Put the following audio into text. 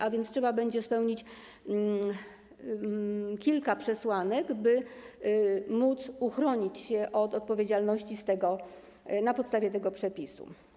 A więc trzeba będzie spełnić kilka przesłanek, by móc uchronić się od odpowiedzialności na podstawie tego przepisu.